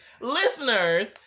Listeners